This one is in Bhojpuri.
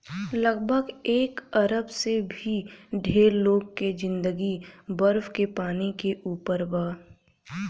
लगभग एक अरब से भी ढेर लोग के जिंदगी बरफ के पानी के ऊपर बा